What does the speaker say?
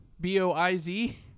B-O-I-Z